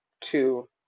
two